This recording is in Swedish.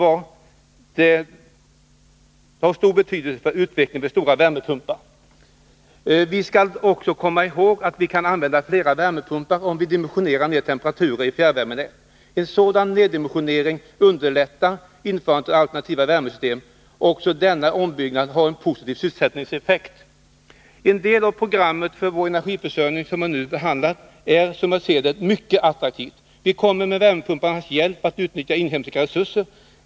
Vad det än blir kommer det att få stor betydelse för utvecklingen av de stora värmepumparna. Vi skall också komma ihåg att vi kan använda fler värmepumpar om vi dimensionerar ned temperaturen i fjärrvärmenäten. En sådan neddimensionering underlättar införandet av alternativa värmesystem. Också denna ombyggnad har en positiv sysselsättningseffekt. Den del av programmet för vår energiförsörjning, som jag nu behandlat, är, som jag ser det, mycket attraktivt. Vi kommer med värmepumparnas hjälp att utnyttja inhemska resurser.